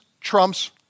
trumps